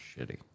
Shitty